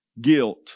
guilt